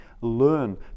learn